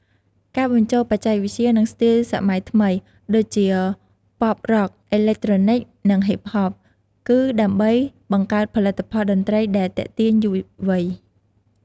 ការបញ្ចូលបច្ចេកវិទ្យា និងស្ទីលសម័យថ្មី ដូចជា ប៉ុប រ៉ុក អេឡិកត្រូនិក និងហ៊ីបហប កឺដើម្បីបង្កើតផលិតផលតន្ត្រីដែលទាក់ទាញយុវវ័យ។